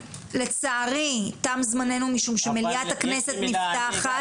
לצערי תם זמננו משום שמליאת הכנסת נפתחת,